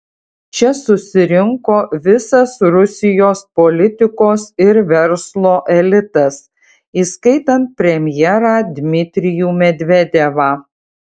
čia susirinko visas rusijos politikos ir verslo elitas įskaitant premjerą dmitrijų medvedevą